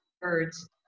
birds